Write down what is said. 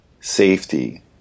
safety